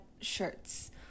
shirts